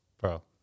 Bro